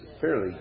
fairly